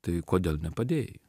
tai kodėl nepadėjai